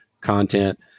content